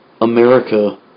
America